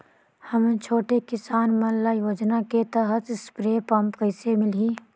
हमन छोटे किसान मन ल योजना के तहत स्प्रे पम्प कइसे मिलही?